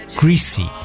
greasy